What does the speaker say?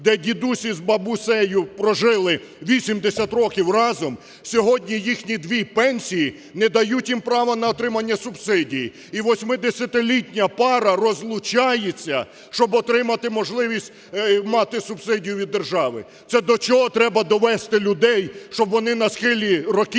де дідусь із бабусею прожили 80 років разом, сьогодні їхні дві пенсії не дають їм права на отримання субсидій. І 80-літня пара розлучається, щоб отримати можливість мати субсидію від держави. Це до чого треба довести людей, щоб вони на схилі років